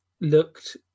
looked